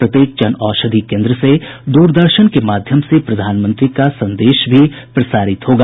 प्रत्येक जन औषधि केन्द्र से द्रदर्शन के माध्यम से प्रधानमंत्री का संदेश भी प्रसारित होगा